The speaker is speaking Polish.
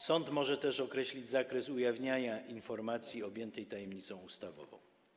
Sąd może też określić zakres ujawniania informacji objętej tajemnicą ustawową.